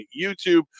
YouTube